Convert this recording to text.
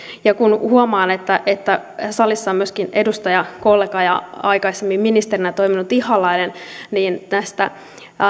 ja kun huomaan että että salissa on myöskin edustajakollega ja aikaisemmin ministerinä toiminut ihalainen niin näistä